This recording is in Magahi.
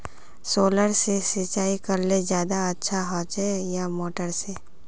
सोलर से सिंचाई करले ज्यादा अच्छा होचे या मोटर से?